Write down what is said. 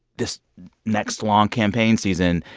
this next long campaign season,